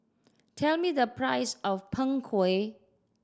tell me the price of Png Kueh